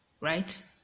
right